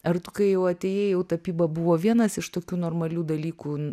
ar tu kai jau atėjai jau tapyba buvo vienas iš tokių normalių dalykų